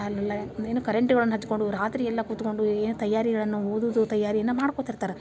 ಅಲ್ಲೆಲ್ಲ ಏನು ಕರೆಂಟ್ಗಳನ್ನು ಹಚ್ಕೊಂಡು ರಾತ್ರಿಯೆಲ್ಲ ಕುತ್ಕೊಂಡು ಏನು ತಯಾರಿಗಳನ್ನು ಓದುವುದು ತಯಾರಿನ ಮಾಡ್ಕೋತ ಇರ್ತಾರೆ